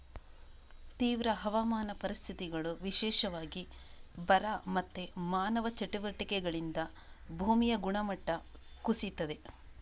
ತೀವ್ರ ಹವಾಮಾನ ಪರಿಸ್ಥಿತಿಗಳು, ವಿಶೇಷವಾಗಿ ಬರ ಮತ್ತೆ ಮಾನವ ಚಟುವಟಿಕೆಗಳಿಂದ ಭೂಮಿಯ ಗುಣಮಟ್ಟ ಕುಸೀತದೆ